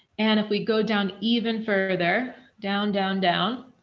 and if we go down even further down, down, down,